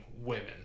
women